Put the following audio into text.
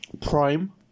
prime